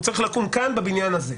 הוא צריך לקום כאן, בבניין הזה.